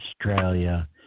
Australia